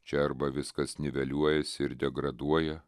čia arba viskas niveliuojasi ir degraduoja